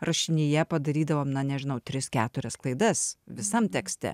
rašinyje padarydavom na nežinau tris keturias klaidas visam tekste